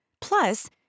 Plus